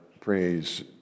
praise